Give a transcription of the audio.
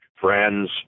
friends